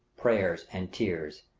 prayers, and tears,